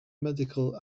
medical